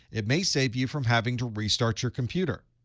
it may save you from having to restart your computer.